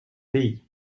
pays